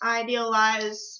idealize